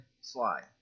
slide